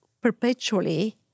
perpetually